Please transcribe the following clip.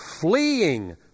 fleeing